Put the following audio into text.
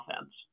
offense